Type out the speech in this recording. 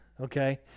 Okay